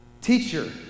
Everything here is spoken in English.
Teacher